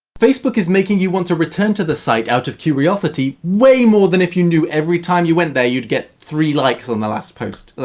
facebook is making you want to return to the site out of curiosity, way more than if you knew every time you went there you'd get three likes on the last post.